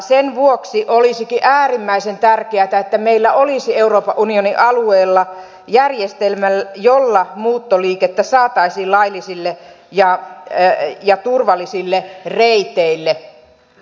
sen vuoksi olisikin äärimmäisen tärkeätä että meillä olisi euroopan unionin alueella järjestelmä jolla muuttoliikettä saataisiin laillisille ja turvallisille reiteille